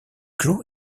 grew